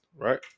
right